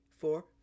four